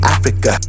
Africa